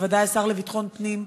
ובוודאי השר לביטחון פנים,